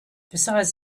besides